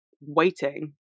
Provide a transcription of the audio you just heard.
waiting